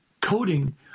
coding